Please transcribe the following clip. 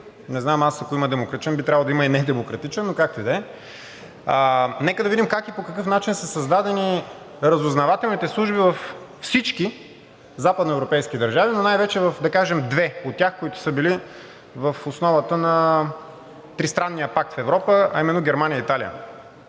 Не знам, аз, ако има демократичен, би трябвало да има и недемократичен, но както и да е. Нека да видим как и по какъв начин са създадени разузнавателните служби във всички западноевропейски държави, но най-вече да кажем две от тях, които са били в основата на Тристранния пакт в Европа, а именно: Германия и Италия.